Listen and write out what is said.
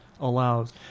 allows